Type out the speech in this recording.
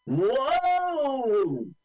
Whoa